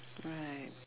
right